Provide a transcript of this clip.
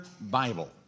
Bible